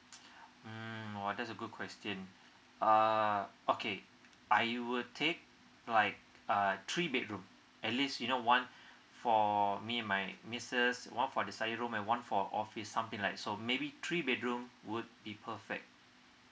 um that's a good question uh okay I would take like a three bedroom at least you know one for me and my missus one for the study room and one for office something like so maybe three bedroom would be perfect